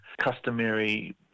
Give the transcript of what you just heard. customary